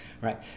right